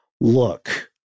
look